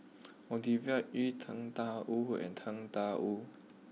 Ovidia Yu Tang Da Wu and Tang Da Wu